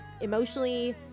emotionally